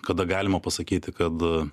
kada galima pasakyti kad